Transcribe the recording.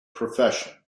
profession